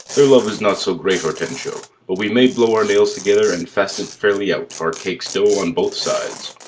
their love is not so great, hortensio, but we may blow our nails together, and fast it fairly out our cake's dough on both sides.